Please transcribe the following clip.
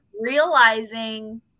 realizing